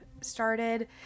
started